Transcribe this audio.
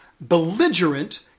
belligerent